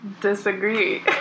disagree